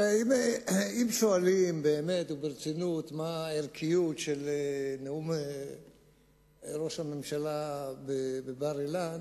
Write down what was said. אם שואלים באמת וברצינות מה הערכיות של נאום ראש הממשלה בבר-אילן,